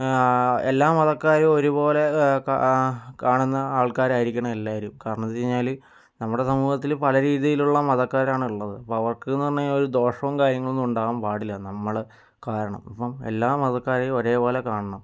എല്ലാ മതക്കാരും ഒരുപോലെ കാണുന്ന ആൾക്കാരായിരിക്കണം എല്ലാവരും കാരണമെന്ന് വച്ചു കഴിഞ്ഞാൽ നമ്മുടെ സമൂഹത്തിൽ പലരീതിയിലുള്ള മതക്കാരാണ് ഉള്ളത് അപ്പോൾ അവർക്കെന്നു പറഞ്ഞു കഴിഞ്ഞാൽ ഒരു ദോഷവും കാര്യങ്ങളൊന്നും ഉണ്ടാവാൻ പാടില്ല നമ്മള് കാരണം ഇപ്പോൾ എല്ലാ മതക്കാരെയും ഒരേ പോലെ കാണണം